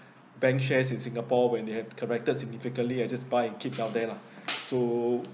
bank shares in singapore when they have corrected significantly I just buy and keep out there lah so